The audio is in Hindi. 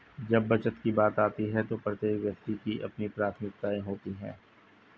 जब बचत की बात आती है तो प्रत्येक व्यक्ति की अपनी प्राथमिकताएं होती हैं